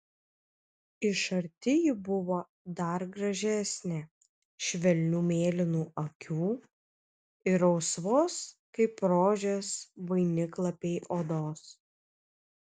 iš arti ji buvo dar gražesnė švelnių mėlynų akių ir rausvos kaip rožės vainiklapiai odos